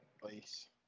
Place